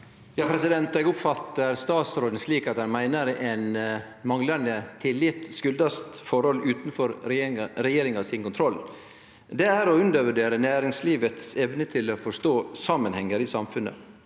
Eg oppfattar statsråden slik at han meiner manglande tillit skuldast forhold utanfor regjeringa sin kontroll. Det er å undervurdere næringslivet si evne til å forstå samanhengar i samfunnet.